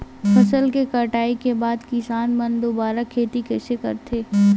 फसल के कटाई के बाद किसान मन दुबारा खेती कइसे करथे?